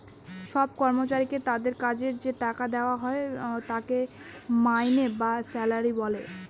সব কর্মচারীকে তাদের কাজের যে টাকা দেওয়া হয় তাকে মাইনে বা স্যালারি বলে